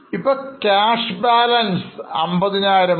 ഇപ്പോൾ cash balance 50000 ആയി കുറഞ്ഞു